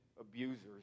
abusers